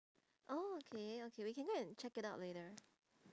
oh okay okay we can go and check it out later